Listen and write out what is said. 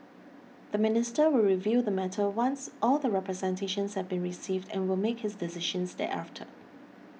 the minister will review the matter once all the representations have been received and will make his decisions thereafter